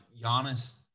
Giannis